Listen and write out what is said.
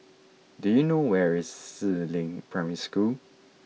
do you know where is Si Ling Primary School